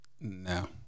No